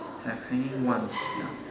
have hanging one ya